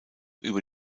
über